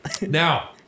Now